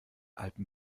alpen